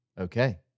Okay